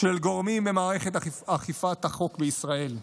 של גורמים במערכת אכיפת החוק בישראל.